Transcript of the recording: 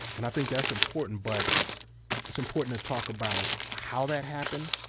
and i think that's important, but it's important to talk about how that happened.